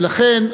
ולכן,